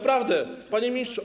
Panie Ministrze!